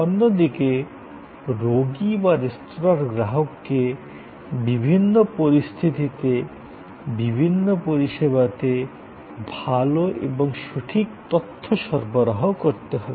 অন্যদিকে রোগী বা রেস্তোঁরার গ্রাহককে বিভিন্ন পরিস্থিতিতে বিভিন্ন পরিষেবাতে ভাল এবং সঠিক তথ্য সরবরাহ করতে হবে